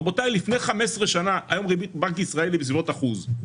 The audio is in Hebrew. רבותי לפני 15 שנה היום ריבית בנק ישראל היא בסביבות אחוז,